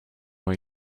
way